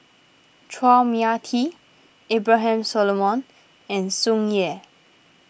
Chua Mia Tee Abraham Solomon and Tsung Yeh